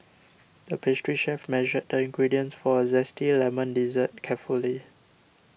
the pastry chef measured the ingredients for a Zesty Lemon Dessert carefully